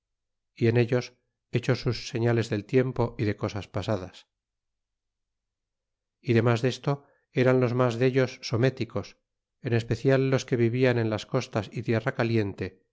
y en ellos hechos sus seriales del tiempo y de cosas pasadas y de mas desto eran los mas dellos sornéticos en especial los que vivian eti las costas y tierra caliente